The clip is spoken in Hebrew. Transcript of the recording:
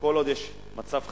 כל עוד יש מצב חירום.